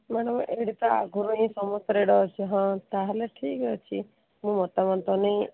madam ଏଇଠି ତ ଆଗରୁ ହିଁ ସମସ୍ତ ରେଟ୍ ଅଛି ହଁ ତାହେଲେ ଠିକ ଅଛି ମୁଁ ମତାମତ ନେଇ